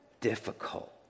difficult